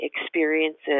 experiences